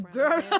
girl